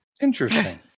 Interesting